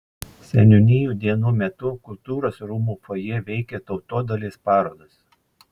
seniūnijų dienų metu kultūros rūmų fojė veikė tautodailės parodos